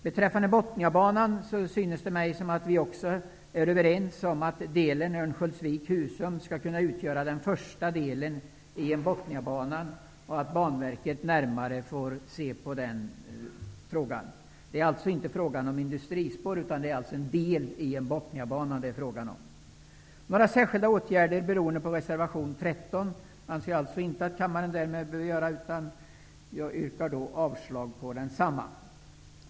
Beträffande Bothniabanan synes det mig som om vi är överens om att sträckan Örnsköldsvik--Husum skall kunna utgöra den första delen och att Banverket närmare får titta på den frågan. Det är inte fråga om industrispår utan en sträcka som utgör en del i Bothniabanan. Några särskilda åtgärder behöver enligt min uppfattning därför ej vidtas med anledning av reservation 13, och jag yrkar därmed avslag på densamma.